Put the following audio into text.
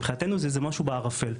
מבחינתנו זה איזה משהו בערפל.